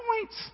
points